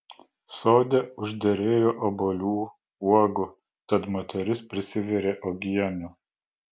sode užderėjo obuolių uogų tad moteris prisivirė uogienių